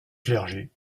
clergé